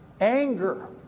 anger